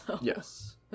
yes